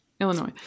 Illinois